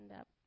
up